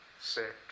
sick